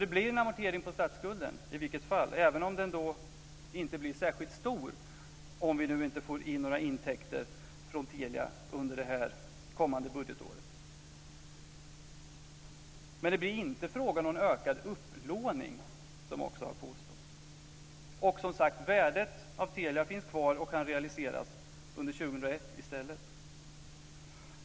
Det blir en amortering på statsskulden, även om den inte blir särskilt stor om vi inte får in några intäkter från Telia under det kommande budgetåret. Det blir inte fråga om ökad upplåning, som också har påståtts. Värdet av Telia finns kvar och kan realiseras i stället under år 2001.